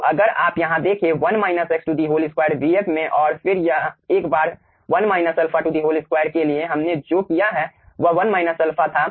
तो अगर आप यहाँ देखें 1 माइनस x2 vf में और फिर एक बार 1 माइनस अल्फा2 के लिए हमने जो किया है वह 1 माइनस अल्फा था